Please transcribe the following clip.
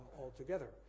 altogether